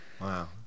Wow